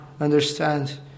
understand